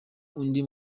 undi